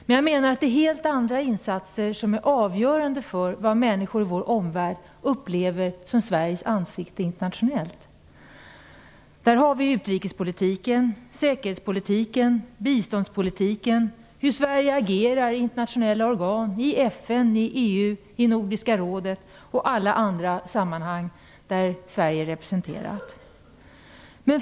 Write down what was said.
Men det är helt andra insatser som är avgörande för vad människor i vår omvärld upplever som Sveriges ansikte internationellt. Det avgörande är utrikespolitiken, säkerhetspolitiken, biståndspolitiken och hur Sverige agerar i internationella organ, i FN, i EU, i Nordiska rådet och i alla andra sammanhang där Sverige är representerat.